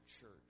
church